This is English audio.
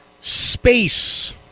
Space